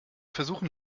versuchen